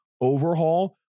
overhaul